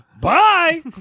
Bye